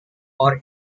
are